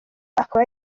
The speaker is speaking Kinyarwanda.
akaba